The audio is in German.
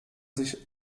sich